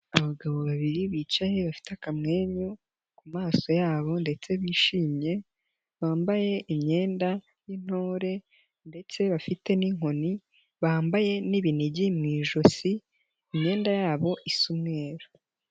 Abagabo babiri bicaye bafite akamwenyu ku maso yabo ndetse bishimye, bambaye imyenda y'intore ndetse bafite n'inkoni, bambaye n'ibinigi mu ijosi, imyenda yabo isa umweru.